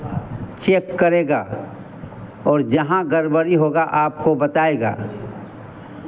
check करेगा और जहाँ गड़बड़ी होगा आपको बताएगा